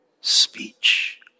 speech